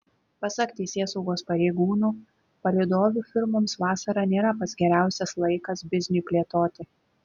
pasak teisėsaugos pareigūnų palydovių firmoms vasara nėra pats geriausias laikas bizniui plėtoti